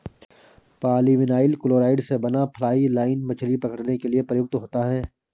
polyvinyl chloride से बना fly line मछली पकड़ने के लिए प्रयुक्त होता है